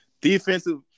Defensive